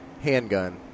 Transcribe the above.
handgun